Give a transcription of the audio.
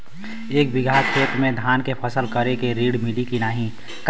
एक बिघा खेत मे धान के फसल करे के ऋण मिली की नाही?